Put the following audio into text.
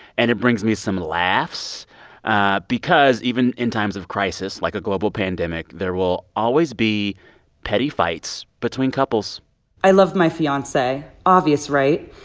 and it brings me some laughs ah because even in times of crisis, like a global pandemic, there will always be petty fights between couples i love my fiance. obvious, right?